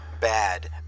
bad